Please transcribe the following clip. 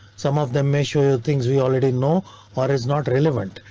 some of them make sure things we already know or is not relevant.